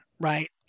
right